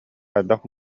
хайдах